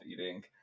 eating